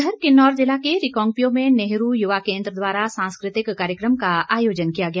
उधर किन्नौर जिला के रिकांगपिओ में नेहरू युवा केंद्र द्वारा सांस्कृतिक कार्यक्रम का आयोजन किया गया